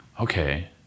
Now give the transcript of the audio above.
Okay